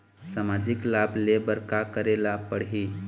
सामाजिक लाभ ले बर का करे ला पड़ही?